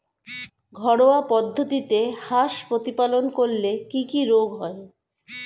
ঘরোয়া পদ্ধতিতে হাঁস প্রতিপালন করলে কি কি রোগ হয়?